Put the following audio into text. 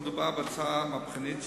מדובר בהצעה מהפכנית,